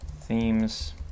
themes